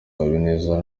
habineza